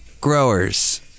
Growers